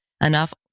enough